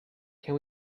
can